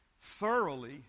thoroughly